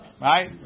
Right